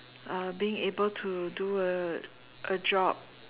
uh being able to do a a job